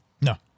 No